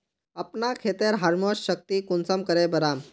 अपना खेतेर ह्यूमस शक्ति कुंसम करे बढ़ाम?